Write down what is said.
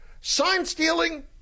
sign-stealing